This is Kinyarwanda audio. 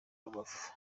rubavu